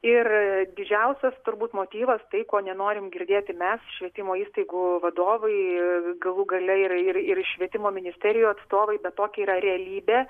ir didžiausias turbūt motyvas tai ko nenorim girdėti mes švietimo įstaigų vadovai ir galų gale ir ir švietimo ministerijų atstovai bet tokia yra realybė